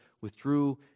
withdrew